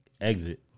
exit